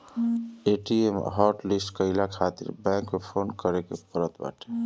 ATM hotlist कईला खातिर bank में फोन करे के पड़त बाटे